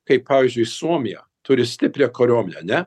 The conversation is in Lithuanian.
kaip pavyzdžiui suomija turi stiprią kariuomenę ane